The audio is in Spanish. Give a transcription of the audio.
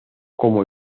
como